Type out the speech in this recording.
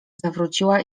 zawróciła